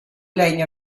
legno